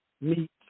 meet